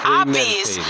obvious